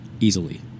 easily